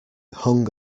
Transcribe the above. hung